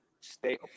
Stay